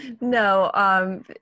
No